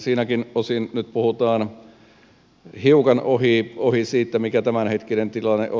siinäkin osin nyt puhutaan hiukan ohi siitä mikä tämänhetkinen tilanne on